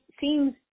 seems